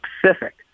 Pacific